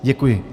Děkuji.